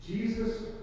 Jesus